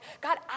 God